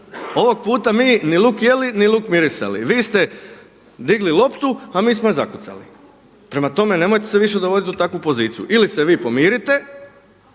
Ovog puta mi ni luk ni jeli ni luk mirisali. Vi ste digli loptu a mi smo je zakucali. Prema tome nemojte se više dovoditi u takvu poziciju. Ili se vi pomirite,